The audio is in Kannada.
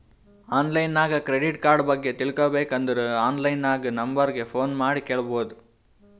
ಆನ್ಲೈನ್ ನಾಗ್ ಕ್ರೆಡಿಟ್ ಕಾರ್ಡ ಬಗ್ಗೆ ತಿಳ್ಕೋಬೇಕ್ ಅಂದುರ್ ಆನ್ಲೈನ್ ನಾಗ್ ನಂಬರ್ ಗ ಫೋನ್ ಮಾಡಿ ಕೇಳ್ಬೋದು